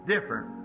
different